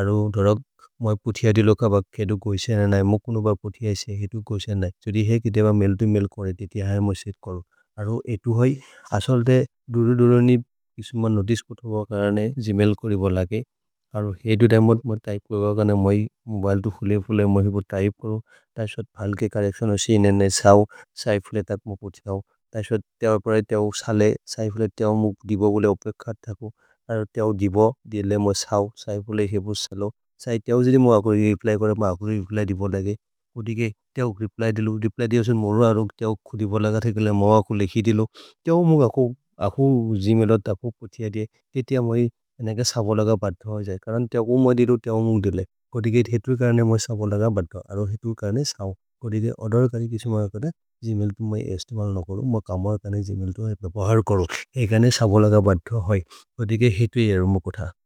अरो धोरक् मए पुथिय दीलो खबक् केदो गोइसे न नै। म कुनो ब पुथिय इसे हेतु गोइसे नै छोदि है कि देब मेल्दु मेल् कोरे तेतिय है। मै सेक् करो अरो एतु होइ असल्दे दुरु दुरनि इसुमन् नोतिचे पोथेबो करने ग्मैल् करिब लगे अरो हेतु दैम म त्य्पे करो। मै मोबिले तु खुले फुले म त्य्पे करो तसोद् भल्के चोर्रेच्तिओन् होसि इनेने नै सओ। सैफुले तप् म पुथिय होइ तसोद् तेव प्रए तेव सले। सैफुले तेव मु दीबो गुले उपेक् खद् धकु अरो तेव दीबो दियेले म सओ। सैफुले हेपो सलो सै तेव जिदि म अको रेप्ल्य् करे। म अको रेप्ल्य् दीबो लगे ओदिगे तेव रेप्ल्य् दीलो। रेप्ल्य् दीवसुन् मोरो अरो तेव खुद् दीबो लग थेकेले म अको लेखि दीलो तेव मु अको ग्मैलो धकु पुथिय दी। केतिय मै सबो लग बद्धो होइ जये करन् तेव उ मधिदो तेव मु दीले। ओदिगे हेतु करने मै सबो लग बद्धो अरो हेतु करने सओ। ओदिगे ओर्देर् करि किसि म कदे ग्मैल् तु मै एस्तिमल् न करो म कमल् कने ग्मैल् तु है पे बहर् करो। एकने सबो लग बद्धो होइ ओदिगे हेतु हि जरो म कोथ।